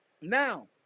now